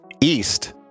east